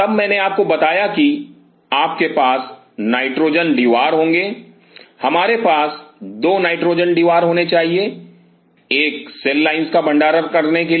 तब मैंने आपको बताया कि आपके पास नाइट्रोजन डिवार होंगे हमारे पास दो नाइट्रोजन डिवार होने चाहिए एक सेल लाइंस का भंडारण करने के लिए